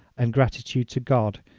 and gratitude to god,